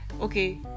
Okay